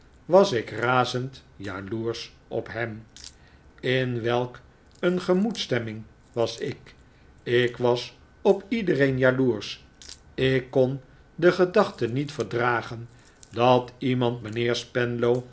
was ik razend jaloersch op hem in welk een gemoedsstemming was ik ik was op iedereen jaloersch ik kon de gedachte niet verdragen dat iemand mijnheer